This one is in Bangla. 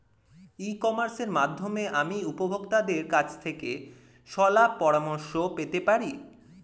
ই কমার্সের মাধ্যমে আমি উপভোগতাদের কাছ থেকে শলাপরামর্শ পেতে পারি?